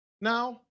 Now